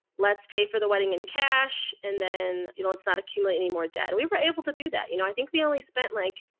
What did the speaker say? let's pay for the wedding and cash, and then, you know, let's not accumulate any more debt. and we were able to do that. you know, i think we only spent like,